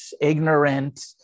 ignorant